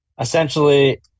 essentially